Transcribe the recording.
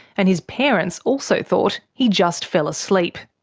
and his parents also thought he just fell asleep.